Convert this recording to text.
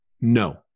no